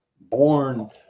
Born